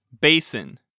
basin